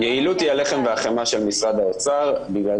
יעילות היא הלחם והחמאה של משרד האוצר, בגלל